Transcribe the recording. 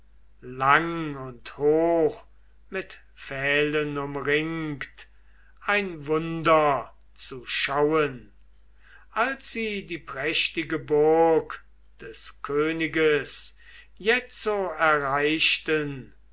lang und hoch mit pfählen umringt ein wunder zu schauen als sie die prächtige burg des königes jetzo erreichten